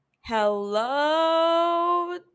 Hello